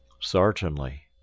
Certainly